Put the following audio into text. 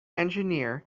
engineer